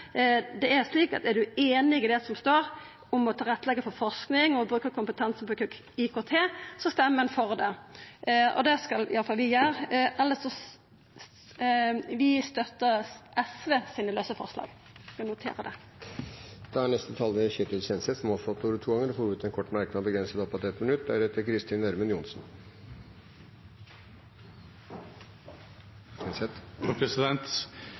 Det er slik at er ein einig i forslaget om å leggja til rette for forsking og brukarkompetanse innan IKT, så røystar ein for det. Det skal i alle fall vi gjera. Elles støttar vi SV sine lause forslag. Representanten Ketil Kjenseth har hatt ordet to ganger tidligere og får ordet til en kort merknad, begrenset til 1 minutt.